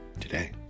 today